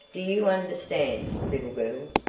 do you understand, little girl,